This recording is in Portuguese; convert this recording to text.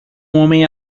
homem